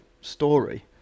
story